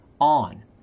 on